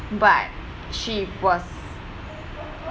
but she was